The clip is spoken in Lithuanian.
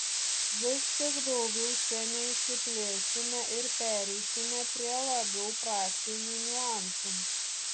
vis tik daugiau čia neišsiplėsime ir pereisime prie labiau praktinių niuansų